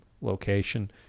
location